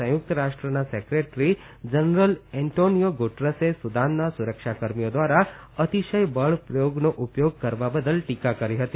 સંયુક્ત રાષ્ટ્રના secretary general Antonio Guterres સુદાનના સુરક્ષાકર્મીઓ દ્વારા અતિશય બળ પ્રયોગનો ઉપયોગ કરવા બદલ ટીકા કરી હતી